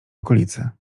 okolicy